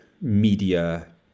media